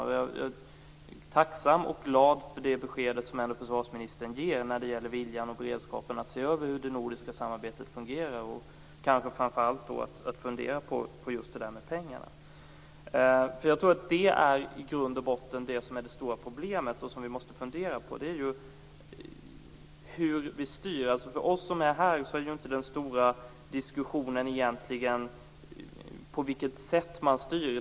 Jag är tacksam och glad för det besked som försvarsministern ändå ger när det gäller viljan och beredskapen att se över hur det nordiska samarbetet fungerar. Det gäller kanske framför allt att fundera på just pengarna. I grund och botten är det stora problemet som vi måste fundera på hur vi styr. För oss som är här gäller inte den stora diskussionen på vilket sätt man styr.